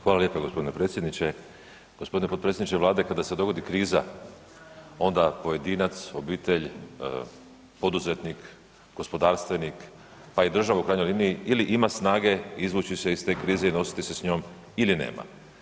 Hvala lijepo g. predsjedniče. g. Potpredsjedniče Vlade, kada se dogodi kriza onda pojedinac, obitelj, poduzetnik, gospodarstvenik, pa i država u krajnjoj liniji ili ima snage izvući se iz te krize i nositi se s njom il je nema.